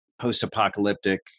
post-apocalyptic